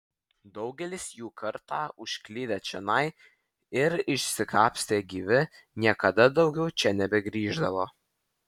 daugelis jų kartą užklydę čionai ir išsikapstę gyvi niekada daugiau čia nebegrįždavo